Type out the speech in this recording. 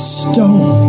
stone